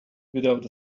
without